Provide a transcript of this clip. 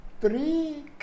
three